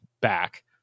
back